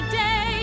day